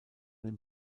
den